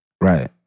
right